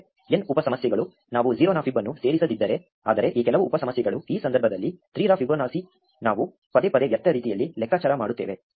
n ಉಪ ಸಮಸ್ಯೆಗಳು ನಾವು 0 ನ ಫೈಬ್ ಅನ್ನು ಸೇರಿಸದಿದ್ದರೆ ಆದರೆ ಈ ಕೆಲವು ಉಪ ಸಮಸ್ಯೆಗಳು ಈ ಸಂದರ್ಭದಲ್ಲಿ 3 ರ ಫಿಬೊನಾಸಿ ನಾವು ಪದೇ ಪದೇ ವ್ಯರ್ಥ ರೀತಿಯಲ್ಲಿ ಲೆಕ್ಕಾಚಾರ ಮಾಡುತ್ತೇವೆ